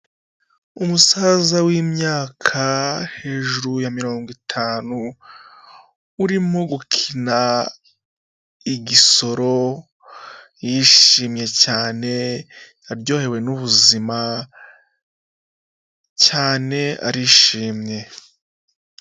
Umusaza w'imyaka hejuru ya mirongo itanu. Urimo gukina, igisoro, yishimye cyane aryohewe n'ubuzima, cyane arishimye.